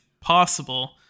possible